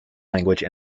language